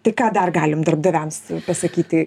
tai ką dar galim darbdaviams pasakyti